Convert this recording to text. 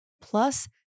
Plus